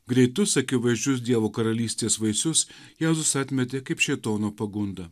greitus akivaizdžius dievo karalystės vaisius jėzus atmetė kaip šėtono pagundą